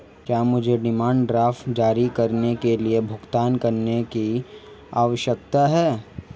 क्या मुझे demand draft जारी करने के लिए भुगतान करने की आवश्यकता है?